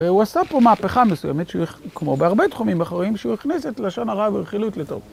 והוא עשה פה מהפכה מסוימת, ש.., כמו בהרבה תחומים אחרים, שהוא הכנס את לשון הרעי והחילות לטוב.